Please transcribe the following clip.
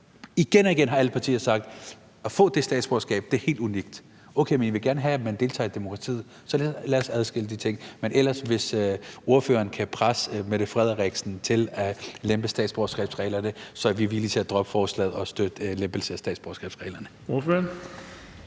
Igen og igen har alle partier sagt: at få det statsborgerskab er helt unikt. Okay, men I vil gerne have, at man deltager i demokratiet, så lad os adskille de ting. Men ellers, hvis ordføreren kan presse statsministeren til at lempe statsborgerskabsreglerne, er vi villige til at droppe forslaget og støtte en lempelse af statsborgerskabsreglerne. Kl.